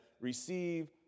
receive